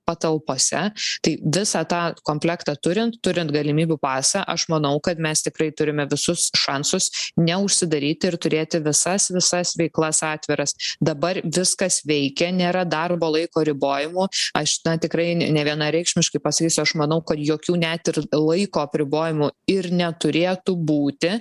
patalpose tai visą tą komplektą turint turint galimybių pasą aš manau kad mes tikrai turime visus šansus neužsidaryti ir turėti visas visas veiklas atviras dabar viskas veikia nėra darbo laiko ribojimų aš na tikrai ne nevienareikšmiškai pasakysiu aš manau kad jokių net ir laiko apribojimų ir neturėtų būti